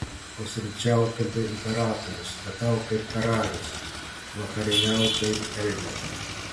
pusryčiauk kaip imperatorius pietauk kaip karalius vakarieniauk kaip elgeta